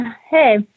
Hey